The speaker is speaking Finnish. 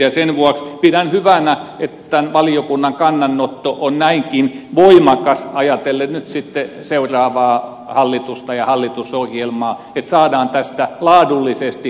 ja sen vuoksi pidän hyvänä että tämän valiokunnan kannanotto on näinkin voimakas ajatellen nyt sitten seuraavaa hallitusta ja hallitusohjelmaa että saadaan tästä laadullisesti korkeatasoisempi